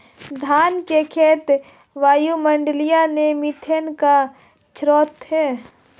धान के खेत वायुमंडलीय मीथेन का स्रोत हैं